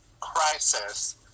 crisis